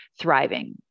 thriving